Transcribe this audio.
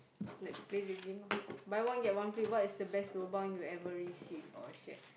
like play the game ah buy one get one free what is the best lobang you ever receive or share